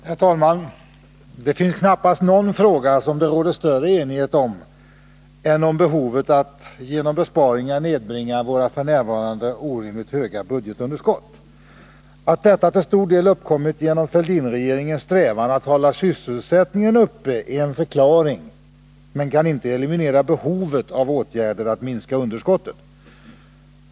Herr talman! Det finns knappast någon fråga som det råder större enighet om än den som gäller behovet av att genom besparingar nedbringa vårt f. n. orimligt höga budgetunderskott. Att detta till stor del uppkommit genom Fälldinregeringens strävan att hålla sysselsättningen uppe är en förklaring, men det kan inte eliminera behovet av åtgärder för att minska underskottet.